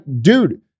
dude